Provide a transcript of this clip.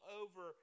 over